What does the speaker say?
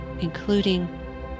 including